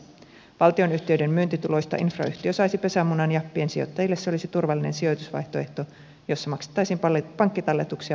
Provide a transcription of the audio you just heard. valtionyhtiöiden myynti tuloista infrayhtiö saisi pesämunan ja piensijoittajille se olisi turvallinen sijoitusvaihtoehto jossa maksettaisiin pankkitalletuksia parempaa tuottoa